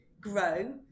grow